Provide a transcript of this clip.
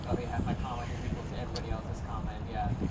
oh, yeah. my comment is equal to everybody else's comment. yeah.